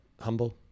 humble